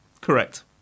Correct